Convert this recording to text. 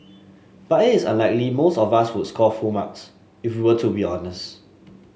but it is unlikely most of us would score full marks if we were to be honest